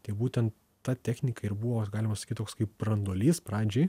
tai būtent ta technika ir buvo galima sakyt toks kaip branduolys pradžiai